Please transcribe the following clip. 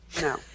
No